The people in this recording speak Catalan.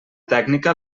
tècnica